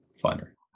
finder